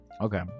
Okay